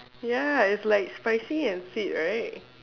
ya its like spicy and sweet right